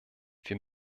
wir